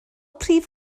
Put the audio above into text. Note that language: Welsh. prif